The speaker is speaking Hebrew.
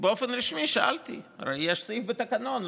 באופן רשמי ושאלתי: הרי יש סעיף בתקנון,